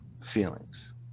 feelings